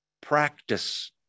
practice